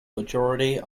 majority